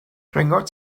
rhyngot